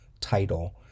title